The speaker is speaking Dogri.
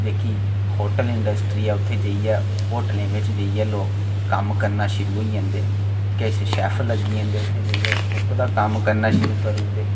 जेह्की होटल इंडस्ट्री ऐ उत्थै जइयै होटलें बिच जेइयै कम्म करना शूुरू होई जंदे न किश शैफ लग्गी जंदे उत्थै जेइयै कुक्क दा कम्म करना शुरू करूड़दे